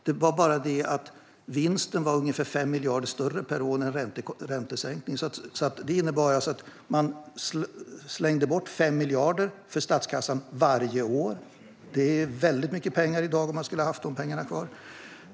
Det var bara det att vinsten var ungefär 5 miljarder högre per år än räntesänkningen. Man slängde alltså bort 5 miljarder för statskassan, varje år. Det hade varit väldigt mycket pengar i dag om man hade haft dem kvar.